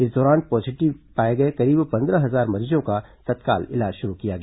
इस दौरान पॉजीटिव पाए गए करीब पंद्रह हजार मरीजों का तत्काल इलाज शुरू किया गया